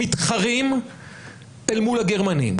מתחרים אל מול הגרמנים.